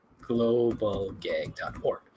globalgag.org